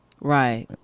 Right